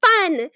fun